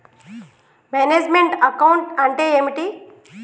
Manage meant account అంటే ఏమిటి?